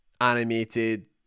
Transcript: animated